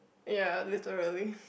ya literally